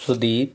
Sudeep